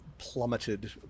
plummeted